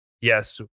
yes